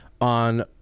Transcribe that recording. On